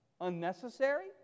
unnecessary